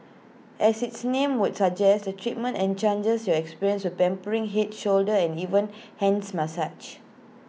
as its name would suggest the treatment in chances your experience with pampering Head shoulder and even hands massage